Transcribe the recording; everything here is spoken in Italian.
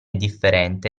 differente